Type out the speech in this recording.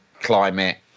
climate